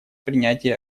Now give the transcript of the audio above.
принятие